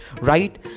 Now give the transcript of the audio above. right